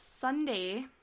Sunday